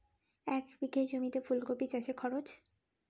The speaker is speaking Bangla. এক বিঘে জমিতে ফুলকপি চাষে খরচ?